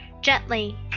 gently